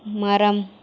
மரம்